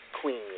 queen